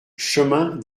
chemin